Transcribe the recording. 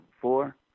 Four